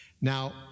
Now